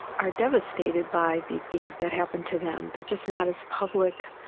are devastated by the things that happened to them, they're just not as public.